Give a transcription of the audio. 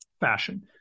fashion